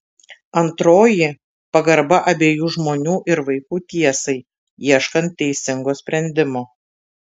antroji pagarba abiejų žmonių ir vaikų tiesai ieškant teisingo sprendimo